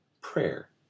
prayer